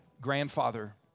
grandfather